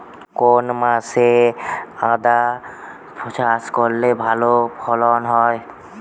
কোন মাসে আদা চাষ করলে ভালো ফলন হয়?